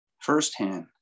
Firsthand